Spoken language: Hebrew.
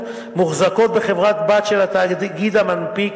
מוחזקות בידי חברה-בת של התאגיד המנפיק,